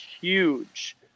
huge